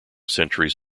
centuries